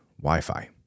Wi-Fi